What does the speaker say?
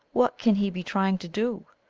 what can he be trying to do?